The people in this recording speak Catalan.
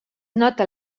nota